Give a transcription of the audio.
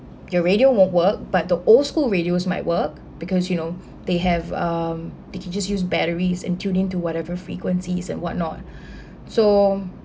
your radio won't work but the old school radios might work because you know they have um they can just use batteries and tuned into whatever frequencies and what not so